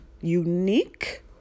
unique